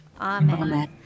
Amen